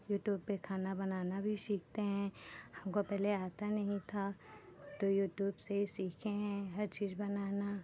YouTube पे खाना बनाना भी सीखते हैं हमको पहले आता नहीं था तो यूट्यूब से ही सीखे हैं हर चीज़ बनाना